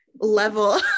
level